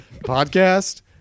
podcast